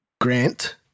Grant